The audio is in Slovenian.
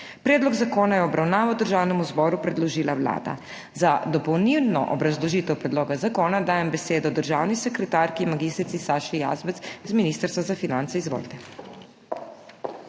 Predlog zakona je v obravnavo Državnemu zboru predložila Vlada. Za dopolnilno obrazložitev predloga zakona dajem besedo državni sekretarki mag. Saši Jazbec z Ministrstva za finance. Izvolite.